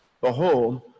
Behold